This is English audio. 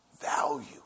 value